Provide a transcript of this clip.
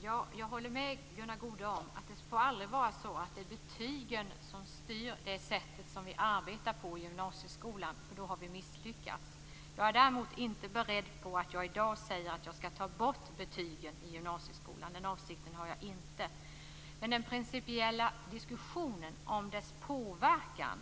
Fru talman! Jag håller med Gunnar Goude om att det aldrig får vara så, att det är betygen som styr det sätt som vi arbetar på i gymnasieskolan, för då har vi misslyckats. Däremot är jag inte beredd att i dag säga att jag skall ta bort betygen i gymnasieskolan, den avsikten har jag inte. Men den principiella diskussionen om betygens påverkan